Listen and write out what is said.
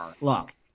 look